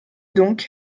donc